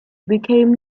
became